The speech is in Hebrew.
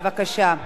בבקשה,